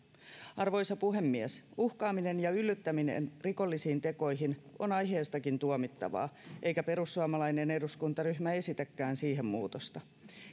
arvoisa puhemies uhkaaminen ja yllyttäminen rikollisiin tekoihin on aiheestakin tuomittavaa eikä perussuomalainen eduskuntaryhmä esitäkään siihen muutosta